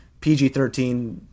PG-13